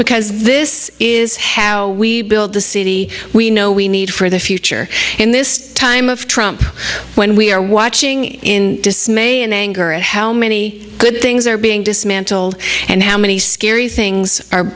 because this is how we build the city we know we need for the future in this time of trump when we are watching in dismay and anger at how many good things are being dismantled and how many scary things are